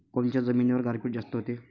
कोनच्या जमिनीवर गारपीट जास्त व्हते?